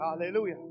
Hallelujah